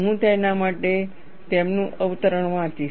હું તેના માટે તેમનું અવતરણ વાંચીશ